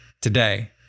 today